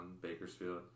Bakersfield